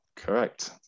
Correct